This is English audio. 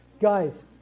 guys